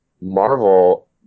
Marvel